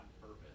purpose